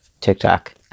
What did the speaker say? TikTok